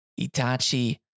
Itachi